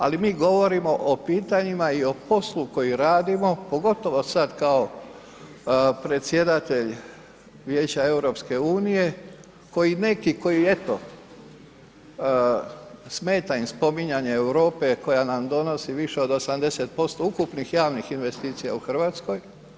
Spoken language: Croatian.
Ali mi govorimo o pitanjima i o poslu koji radimo, pogotovo sad kao predsjedatelj Vijeća EU koji neki, koji eto smeta im spominjanje Europe koja nam donosi više od 80% ukupnih javnih investicija u Hrvatskoj.